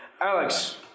Alex